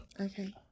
okay